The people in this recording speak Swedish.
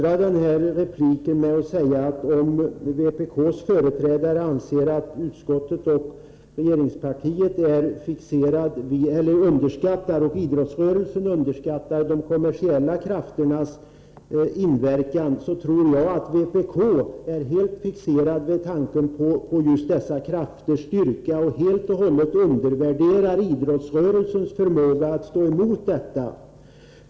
Herr talman! Jag vill bemöta den senaste repliken med att säga att om vpk:s företrädare anser att idrottsrörelsen underskattar de kommersiella krafternas inverkan, tror jag å min sida att vpk är helt fixerat vid dessa krafters styrka och totalt undervärderar idrottsrörelsens förmåga att stå emot dem.